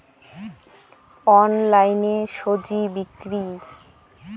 অনলাইনে স্বজি বিক্রি?